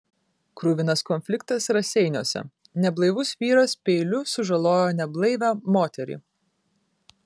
kruvinas konfliktas raseiniuose neblaivus vyras peiliu sužalojo neblaivią moterį